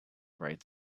bright